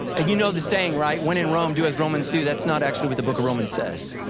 and you know the saying, right? when in rome do as romans do, that's not actually what the book of romans says.